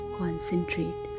concentrate